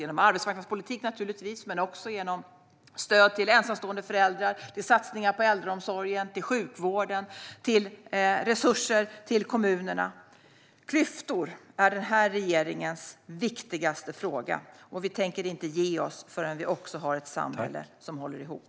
Det sker naturligtvis genom arbetsmarknadspolitik men också genom stöd till ensamstående föräldrar, satsningar på äldreomsorgen och sjukvården och resurser till kommunerna. Klyftor är denna regerings viktigaste fråga. Vi tänker inte ge oss förrän vi har ett samhälle som håller ihop.